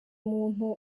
muntu